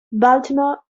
baltimore